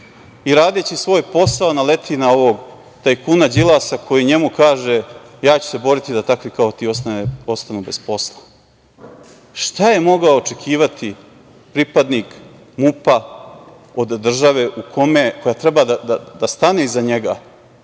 i radeći svoj posao naleti na ovog tajnkuna Đilasa koji njemu kaže – ja ću se boriti da takvi kao ti ostanu bez posla, šta je mogao očekivati pripadnika MUP-a od države koja treba da stane iza njega